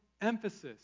emphasis